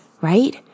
right